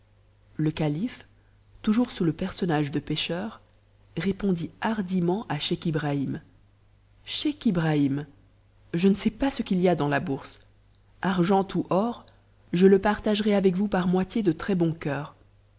le calife toujours sous le personnage de pêcheur répondit hardiment à scheich ibrahim scheich jhrnhin je ne sais pas ce qu'il y a dans la bourse argent ou or je le par mcrai avec vous